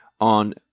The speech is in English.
on